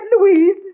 Louise